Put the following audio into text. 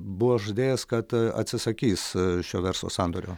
buvo žadėjęs kad atsisakys šio verslo sandorio